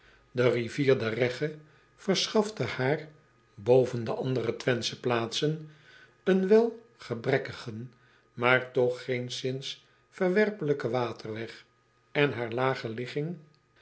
e rivier de egge verschafte haar boven de andere wenthsche plaatsen een wel gebrekkigen maar toch geenszins verwerpelijken waterweg en haar lage ligging